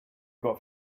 got